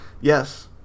Yes